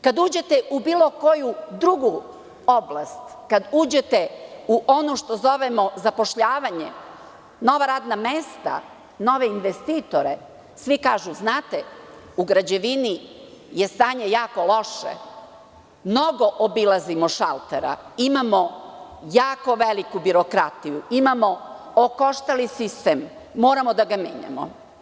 Kad uđete u bilo koju drugu oblast, kad uđete u ono što zovemo zapošljavanje, nova radna mesta, nove investitore, svi kažu – u građevini je stanje jako loše, mnogo obilazimo šaltera, imamo jako veliku birokratiju, imamo okoštali sistem, moramo da ga menjamo.